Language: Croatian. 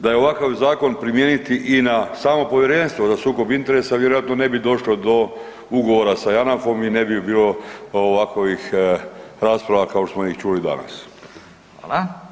Da je ovakav zakon primijeniti i na samo Povjerenstvo za sukob interesa, vjerojatno ne bi došlo do ugovora sa JANAF-om i ne bi bilo ovakovih rasprava kao što smo ih čuli danas.